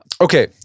okay